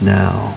now